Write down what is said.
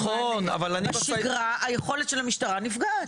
אבל בשגרה היכולת של המשטרה נפגעת.